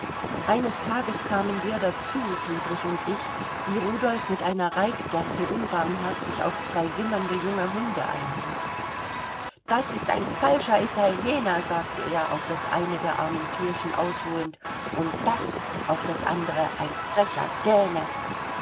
eines tages kamen wir dazu friedrich und ich wie rudolf mit einer reitgerte unbarmherzig auf zwei wimmernde junge hunde einhieb das ist ein falscher italiener sagte er auf das eine der armen tierchen ausholend und das auf das andere ein frecher däne